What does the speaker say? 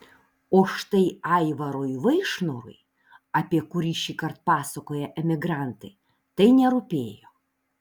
o štai aivarui vaišnorui apie kurį šįkart pasakoja emigrantai tai nerūpėjo